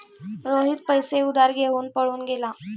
रोहित पैसे उधार घेऊन पळून गेला